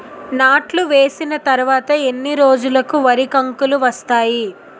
నాట్లు వేసిన తర్వాత ఎన్ని రోజులకు వరి కంకులు వస్తాయి?